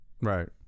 Right